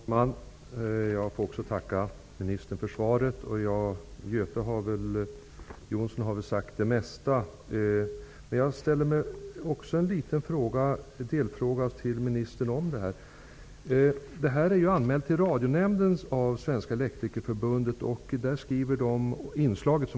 Herr talman! Också jag ber att få tacka ministern för svaret. Göte Jonsson har nog sagt det mesta. Men jag vill ställa en liten delfråga till ministern. Det inslag som sändes i TV har av Svenska elektrikerförbundet anmälts till Radionämnden.